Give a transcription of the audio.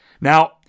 Now